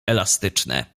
elastyczne